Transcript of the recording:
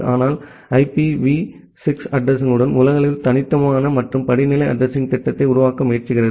ஆனால் ஐபிவி 6 அட்ரஸிங்யுடன் உலகளவில் தனித்துவமான மற்றும் படிநிலை அட்ரஸிங் திட்டத்தை உருவாக்க முயற்சிக்கிறோம்